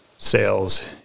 Sales